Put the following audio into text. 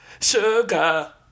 Sugar